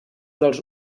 dels